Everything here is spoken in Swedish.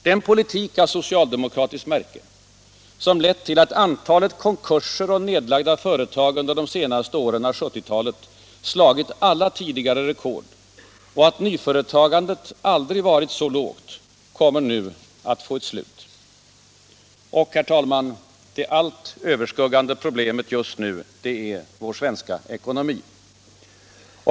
Den politik av socialdemokratiskt märke som lett till att antalet konkurser och nedlagda företag under de senaste åren av 1970-talet slagit alla tidigare rekord och att nyföretagandet aldrig varit så lågt kommer nu att få ett slut. Herr talman! Det allt överskuggande problemet just nu är vår svenska ekonomi.